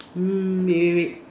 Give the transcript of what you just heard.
mm wait wait wait